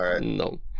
No